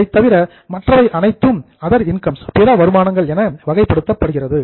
அதைத் தவிர மற்றவை அனைத்தும் அதர் இன்கம்ஸ் பிற வருமானங்கள் என வகைப்படுத்தப்படுகிறது